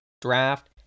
draft